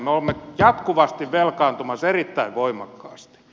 me olemme jatkuvasti velkaantumassa erittäin voimakkaasti